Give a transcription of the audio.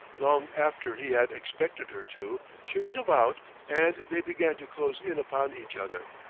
long after he had expected her to, she went about and they began to close in upon each other.